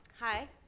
Hi